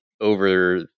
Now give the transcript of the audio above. over